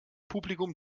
publikum